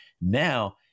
Now